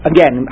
Again